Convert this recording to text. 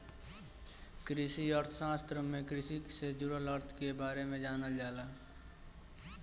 कृषि अर्थशास्त्र में कृषि से जुड़ल अर्थ के बारे में जानल जाला